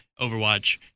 overwatch